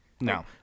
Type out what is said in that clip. No